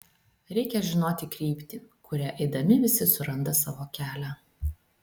reikia žinoti kryptį kuria eidami visi suranda savo kelią